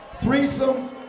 Threesome